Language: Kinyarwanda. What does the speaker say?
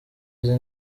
izi